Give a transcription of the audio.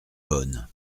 bonnes